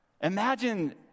Imagine